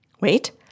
wait